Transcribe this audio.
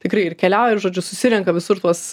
tikrai ir keliauja ir žodžiu susirenka visur tuos